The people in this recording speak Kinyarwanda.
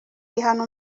rihana